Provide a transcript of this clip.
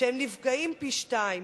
הם נפגעים פי-שניים.